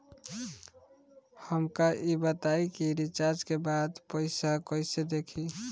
हमका ई बताई कि रिचार्ज के बाद पइसा कईसे देखी?